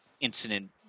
incident